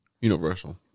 Universal